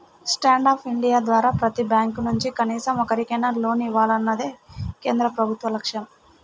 stand up India ద్వారా ప్రతి bank నుంచి కనీసం ఒక్కరికైనా లోన్ ఇవ్వాలన్నదే కేంద్ర ప్రభుత్వ లక్ష్యం